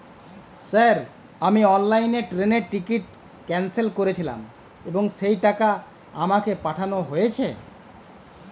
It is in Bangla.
স্যার আমি অনলাইনে ট্রেনের টিকিট ক্যানসেল করেছিলাম এবং সেই টাকা আমাকে পাঠানো হয়েছে?